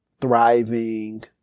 thriving